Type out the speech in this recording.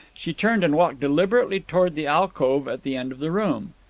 she turned and walked deliberately towards the alcove at the end of the room.